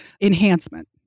enhancement